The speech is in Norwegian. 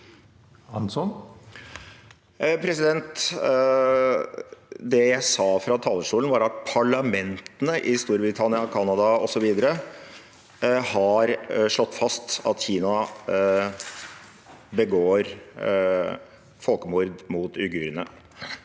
Det jeg sa fra talerstolen, var at parlamentene i Storbritannia og Canada osv. har slått fast at Kina begår folkemord mot uigurene.